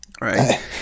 right